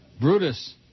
Brutus